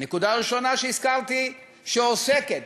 הנקודה הראשונה שהזכרתי, שעוסקת